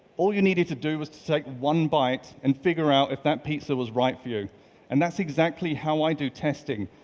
all you needed to do was to take one bite and figure out if that pizza was right for you and that's exactly how i do testing.